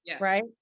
right